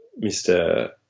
Mr